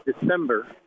December